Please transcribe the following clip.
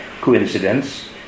coincidence